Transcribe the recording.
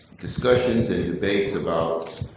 discussions and debates about